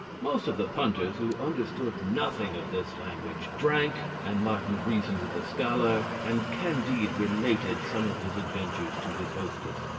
most of the punters, who understood nothing of this language, drank, and martin reasoned with the scholar, and candide related some of his adventures to his hostess.